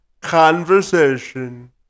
conversation